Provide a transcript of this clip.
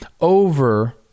over